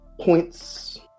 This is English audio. points